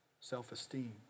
self-esteem